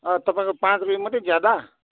तपाईँको पाँच रुपियाँ मात्रै ज्यादा